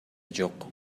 жок